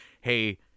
hey